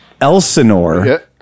elsinore